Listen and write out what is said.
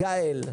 גאל.